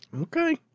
Okay